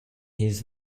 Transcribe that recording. his